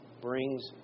brings